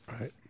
Right